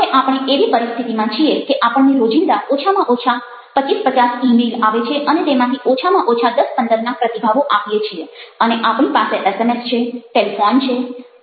હવે આપણે એવી પરિસ્થિતિમાં છીએ કે આપણને રોજિંદા ઓછામાં ઓછા 25 50 ઇ મેઇલ આવે છે અને તેમાંથી ઓછામાં ઓછા 10 15 ના પ્રતિભાવો આપીએ છીએ અને આપણી પાસે એસએમએસ છે ટેલિફોન છે